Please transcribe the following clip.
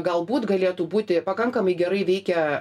galbūt galėtų būti pakankamai gerai veikia